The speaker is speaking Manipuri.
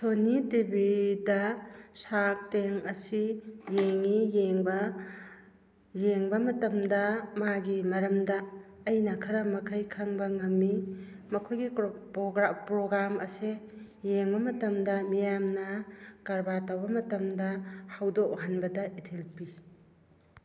ꯁꯣꯅꯤ ꯇꯤꯚꯤꯗ ꯁꯥꯔꯞꯇꯤꯟ ꯑꯁꯤ ꯌꯦꯡꯉꯤ ꯌꯦꯡꯕ ꯌꯦꯡꯕ ꯃꯇꯝꯗ ꯃꯥꯒꯤ ꯃꯔꯝꯗ ꯑꯩꯅ ꯈꯔ ꯃꯈꯩ ꯈꯪꯕ ꯉꯝꯃꯤ ꯃꯈꯣꯏꯒꯤ ꯄ꯭ꯔꯣꯒ꯭ꯔꯥꯝ ꯑꯁꯦ ꯌꯦꯡꯕ ꯃꯇꯝꯗ ꯃꯤꯌꯥꯝꯅ ꯀꯔꯕꯥꯔ ꯇꯧꯕ ꯃꯇꯝꯗ ꯍꯧꯗꯣꯛꯍꯟꯕꯗ ꯏꯊꯤꯜ ꯄꯤ